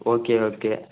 okay okay